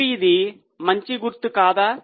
ఇప్పుడు ఇది మంచి గుర్తు కాదా